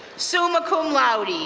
summa cum laude,